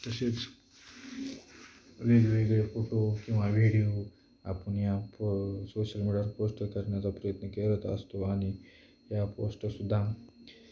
तसेच वेगवेगळे फोटो किंवा व्हिडिओ आपण या पो सोशल मीडियावर पोस्ट करण्याचा प्रयत्न करत असतो आणि या पोस्टसुद्धा